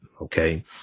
Okay